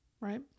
right